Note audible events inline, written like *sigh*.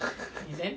*laughs*